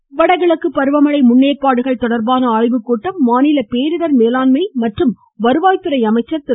உதயகுமார் வடகிழக்கு பருவமழை முன்னேற்பாடுகள் தொடர்பான ஆய்வுக்கூட்டம் மாநில பேரிடர் மேலாண்மை துறை மற்றும் வருவாய்த்துறை அமைச்சர் திரு